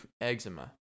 eczema